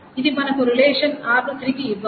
ఇది మనకు relation R ను తిరిగి ఇవ్వాలి